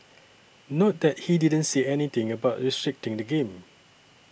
note that he didn't say anything about restricting the game